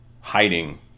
hiding